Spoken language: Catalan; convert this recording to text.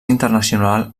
internacional